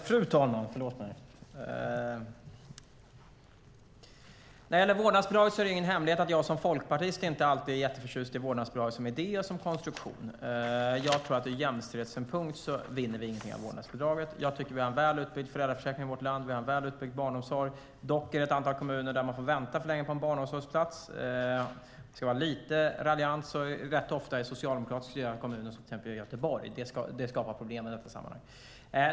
Fru talman! Det är ingen hemlighet att jag som folkpartist inte alltid är jätteförtjust i vårdnadsbidraget som idé och konstruktion. Ur jämställdhetssynpunkt tror jag inte att vi vinner något med vårdnadsbidraget. Jag tycker att vi har en väl utbyggd föräldraförsäkring i vårt land och en väl utbyggd barnomsorg. Dock finns det ett antal kommuner där man får vänta för länge på en barnomsorgsplats. Om jag ska vara lite raljant ska jag säga att det rätt ofta är socialdemokratiskt styrda kommuner, till exempel Göteborg. Det skapar problem i detta sammanhang.